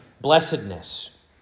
blessedness